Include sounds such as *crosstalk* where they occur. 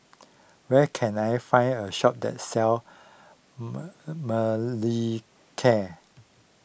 where can I find a shop that sells *unintelligible* Molicare